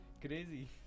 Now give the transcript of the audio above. crazy